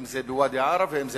אם בוואדי-עארה ואם בצפון,